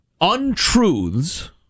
untruths